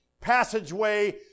passageway